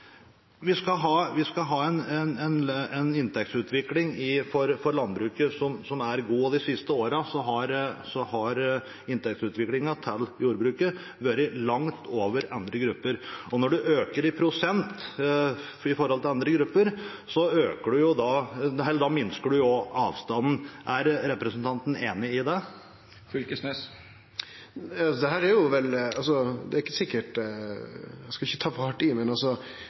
Vi skal ha en inntektsutvikling for landbruket som er god, og de siste årene har inntektsutviklingen til jordbruket vært langt over andre grupper. Når en øker i prosent i forhold til andre grupper, da minsker en jo også avstanden. Er representanten enig i det? Eg skal ikkje ta for hardt i, men